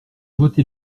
voté